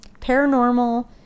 paranormal